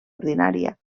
ordinària